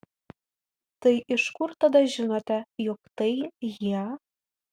tai iš kur tada žinote jog tai jie